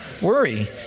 worry